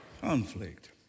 Conflict